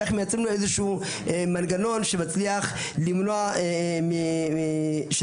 ומייצרים איזה שהוא מנגנון שמצליח למנוע נגישות,